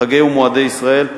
חגי ומועדי ישראל,